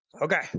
okay